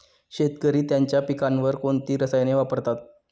शेतकरी त्यांच्या पिकांवर कोणती रसायने वापरतात?